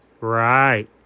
Right